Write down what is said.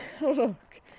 Look